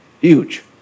Huge